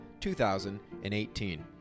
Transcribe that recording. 2018